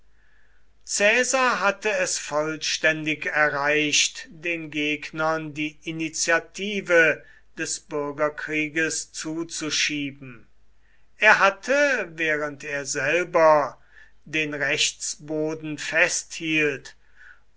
hatte es vollständig erreicht den gegnern die initiative des bürgerkrieges zuzuschieben er hatte während er selber den rechtsboden festhielt